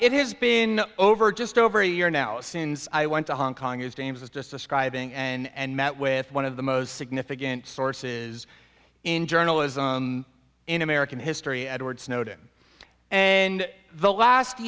it has been over just over a year now since i went to hong kong is james was just describing and met with one of the most significant sources in journalism in american history edward snowden and the last